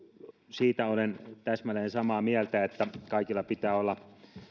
siitä olen täsmälleen samaa mieltä että kaikilla pitää olla